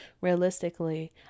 realistically